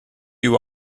you